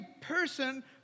person